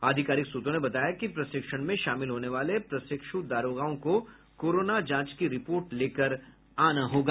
आधिकारिक सूत्रों ने बताया कि प्रशिक्षण में शामिल होने वाले प्रशिक्षु दारोगाओं को कोरोना जांच की रिपोर्ट लेकर आना होगा